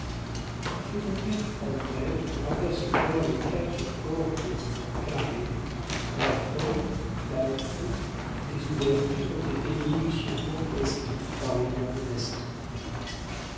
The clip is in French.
il faut donc être en mer pour apercevoir les quatre corps du bâtiment carré dont la forme la hauteur les ouvertures ont été minutieusement prescrites par les lois monastiques